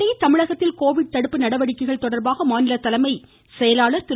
இதனிடையே தமிழகத்தில் கோவிட் தடுப்பு நடவடிக்கைகள் தொடர்பாக மாநில தலைமை செயலாளர் திரு